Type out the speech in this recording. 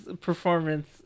performance